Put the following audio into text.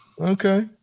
Okay